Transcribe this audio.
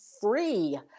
free